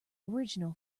original